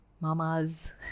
mamas